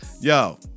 Yo